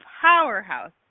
powerhouse